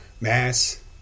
Mass